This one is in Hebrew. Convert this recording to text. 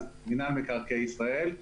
אז מנהל מקרקעי ישראל,